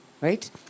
right